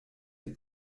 êtes